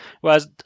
Whereas